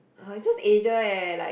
(uh huh) it's just Asia eh like